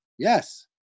Yes